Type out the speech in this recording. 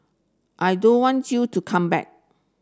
I don't want you to come back